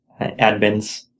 admins